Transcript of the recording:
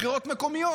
בחירות מקומיות.